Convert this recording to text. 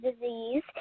disease